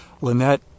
Lynette